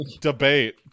debate